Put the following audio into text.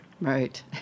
Right